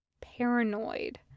paranoid